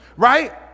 Right